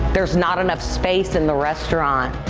there's not enough space in the restaurant.